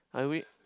I read